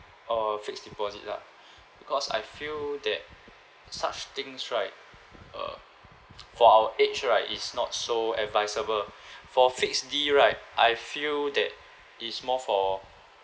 or fixed deposit lah because I feel that such things right uh for our age right is not so advisable for fixed D right I feel that it's more for